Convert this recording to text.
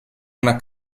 una